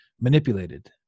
manipulated